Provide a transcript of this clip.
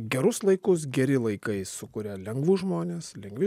gerus laikus geri laikai sukuria lengvus žmones lengvi